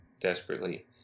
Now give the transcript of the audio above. desperately